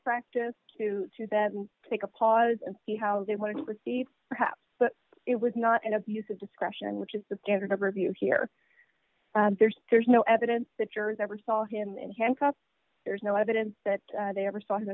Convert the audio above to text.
practice to to bed and take a pause and see how they wanted to proceed perhaps but it was not an abuse of discretion which is the standard of review here there's there's no evidence that jurors ever saw him in handcuffs there's no evidence that they ever saw him